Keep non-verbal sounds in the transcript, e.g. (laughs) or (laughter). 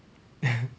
(laughs)